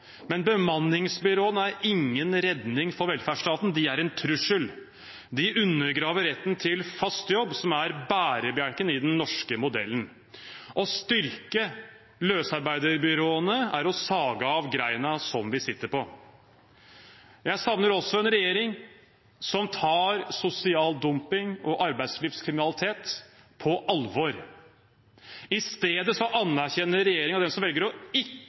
men bemanningsbyråene er ingen redning for velferdsstaten, de er en trussel. De undergraver retten til fast jobb, som er bærebjelken i den norske modellen. Å styrke løsarbeiderbyråene er å sage av grenen vi sitter på. Jeg savner også en regjering som tar sosial dumping og arbeidslivskriminalitet på alvor. I stedet anerkjenner regjeringen den som velger ikke å